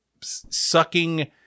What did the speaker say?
sucking